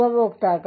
ഉപഭോക്താക്കൾ